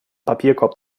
papierkorb